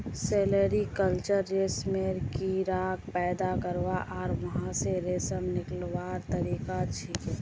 sericulture रेशमेर कीड़ाक पैदा करवा आर वहा स रेशम निकलव्वार तरिका छिके